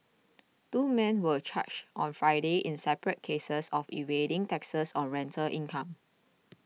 two men were charged on Friday in separate cases of evading taxes on rental income